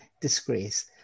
disgrace